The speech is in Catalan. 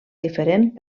diferent